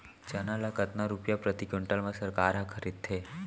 चना ल कतका रुपिया प्रति क्विंटल म सरकार ह खरीदथे?